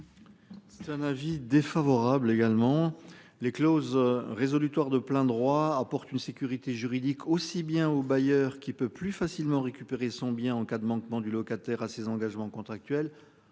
C'est un avis défavorable également les clauses résolutoire de plein droit apporte une sécurité juridique aussi bien aux bailleurs qui peut plus facilement récupérer son bien en cas de manquement du locataire à ses engagements contractuels.